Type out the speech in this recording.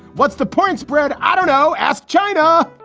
what's the point spread? i don't know. ask china.